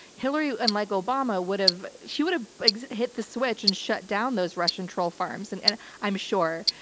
hillary, unlike obama, would've, she would've hit the switch and shut down those russian troll farms and, and i'm sure,